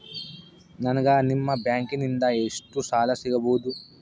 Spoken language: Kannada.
ನನಗ ನಿಮ್ಮ ಬ್ಯಾಂಕಿನಿಂದ ಎಷ್ಟು ಸಾಲ ಸಿಗಬಹುದು?